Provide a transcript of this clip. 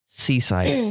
seaside